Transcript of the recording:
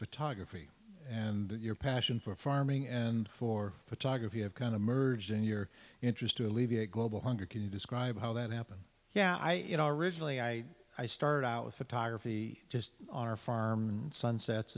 photography and your passion for farming and for photography have kind of merged in your interest to alleviate global hunger can you describe how that happened yeah you know originally i i started out with photography just on our farm and sunsets